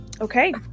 Okay